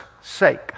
sake